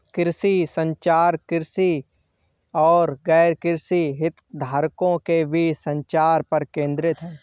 कृषि संचार, कृषि और गैरकृषि हितधारकों के बीच संचार पर केंद्रित है